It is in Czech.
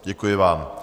Děkuji vám.